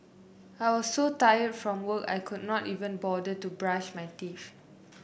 I was so tired from work I could not even bother to brush my teeth